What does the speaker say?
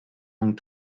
donc